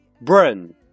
burn